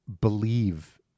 believe